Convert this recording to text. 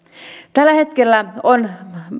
tällä hetkellä on